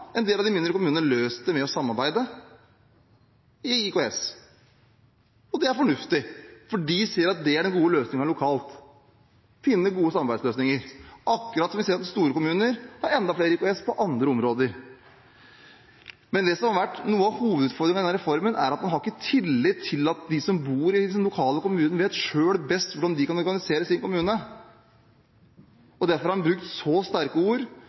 en del av de mindre kommunene løst dette ved å samarbeide i IKS. Det er fornuftig. De ser at det er den gode løsningen lokalt, å finne gode samarbeidsløsninger, akkurat som – som vi ser – store kommuner har enda flere IKS på andre områder. Det som har vært noe av hovedutfordringen med denne reformen, er at man ikke har hatt tillit til at de lokale, de som bor i kommunen, selv vet best hvordan de kan organisere sin kommune. Derfor har en brukt så sterke ord